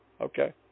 Okay